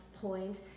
point